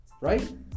Right